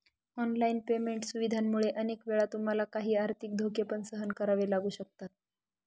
online payment सुविधांमुळे अनेक वेळा तुम्हाला काही आर्थिक धोके पण सहन करावे लागू शकतात